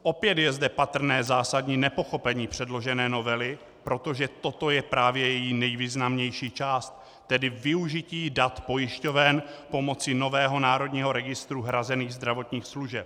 Opět je zde patrné zásadní nepochopení předložené novely, protože toto je právě její nejvýznamnější část, tedy využití dat pojišťoven pomocí nového Národního registru hrazených zdravotních služeb.